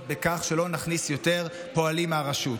בכך שלא נכניס יותר פועלים מהרשות: